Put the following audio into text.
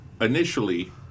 initially